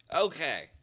Okay